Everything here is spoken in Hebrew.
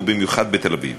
ובמיוחד בתל-אביב,